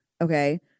Okay